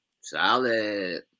Solid